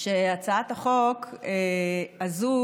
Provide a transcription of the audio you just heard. שהצעת החוק הזו